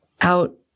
out